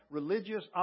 religious